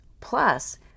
Plus